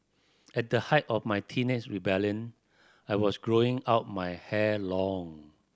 at the height of my teenage rebellion I was growing out my hair long